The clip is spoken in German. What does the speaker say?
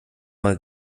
mal